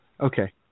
Okay